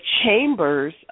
Chambers